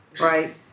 right